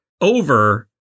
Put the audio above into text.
over